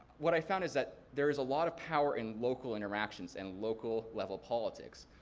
what i found is that there is a lot of power in local interactions and local level politics.